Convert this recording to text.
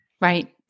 Right